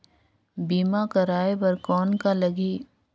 बीमा कराय बर कौन का लगही?